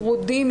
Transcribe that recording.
פרודים,